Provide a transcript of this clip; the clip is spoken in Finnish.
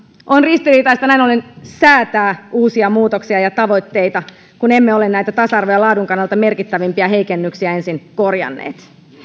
on ristiriitaista näin ollen säätää uusia muutoksia ja tavoitteita kun emme ole näitä tasa arvon ja laadun kannalta merkittävimpiä heikennyksiä ensin korjanneet